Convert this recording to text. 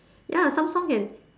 ya some song can